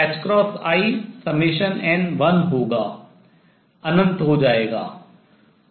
जो कि in1 होगा अनंत हो जाएगा